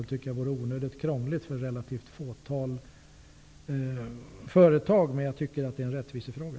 Det tycker jag vore onödigt krångligt för ett relativt fåtal företag. Men jag tycker att detta är en rättvisefråga.